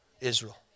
Israel